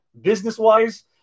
Business-wise